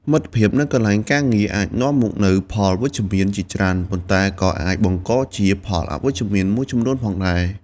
មិត្តភាពនៅកន្លែងការងារអាចនាំមកនូវផលវិជ្ជមានជាច្រើន ប៉ុន្តែក៏អាចបង្កជាផលអវិជ្ជមានមួយចំនួនផងដែរ។